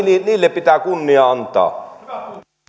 pitää kunnia antaa